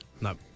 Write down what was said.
No